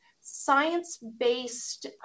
science-based